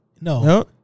no